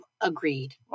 agreed